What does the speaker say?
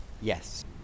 Yes